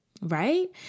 right